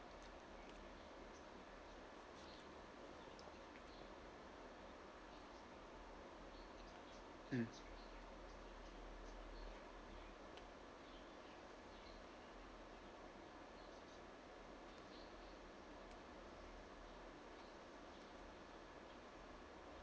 mm